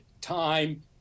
time